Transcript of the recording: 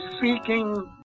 seeking